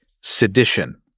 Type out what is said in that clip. sedition